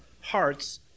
hearts